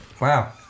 Wow